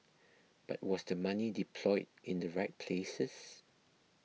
but was the money deployed in the right places